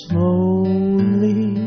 Slowly